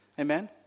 Amen